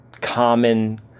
common